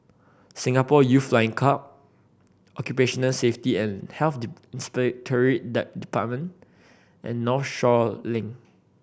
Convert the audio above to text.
Singapore Youth Flying Club Occupational Safety and Health Inspectorate and Northshore Link